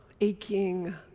aching